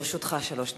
לרשותך שלוש דקות.